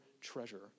treasure